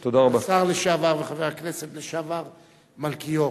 של השר לשעבר וחבר הכנסת לשעבר מלכיאור.